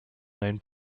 known